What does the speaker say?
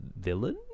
villain